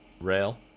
rail